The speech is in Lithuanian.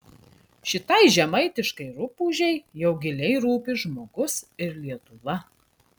šitai žemaitiškai rupūžei jau giliai rūpi žmogus ir lietuva